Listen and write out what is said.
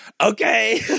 Okay